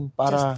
para